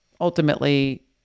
ultimately